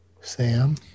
Sam